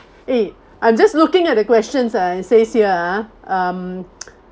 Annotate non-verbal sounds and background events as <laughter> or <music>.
eh I'm just looking at the questions ah it says here ah um <noise>